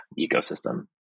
ecosystem